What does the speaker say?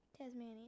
Tasmania